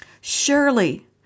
Surely